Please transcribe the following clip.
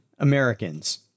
Americans